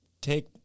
take –